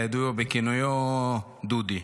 הידוע בכינויו דודי.